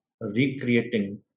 recreating